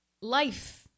life